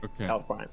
okay